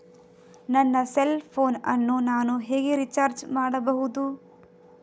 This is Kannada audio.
ನನ್ನ ಸೆಲ್ ಫೋನ್ ಅನ್ನು ನಾನು ಹೇಗೆ ರಿಚಾರ್ಜ್ ಮಾಡಬಹುದು?